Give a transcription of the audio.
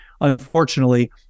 unfortunately